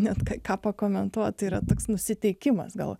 net ką pakomentuoti yra toks nusiteikimas gal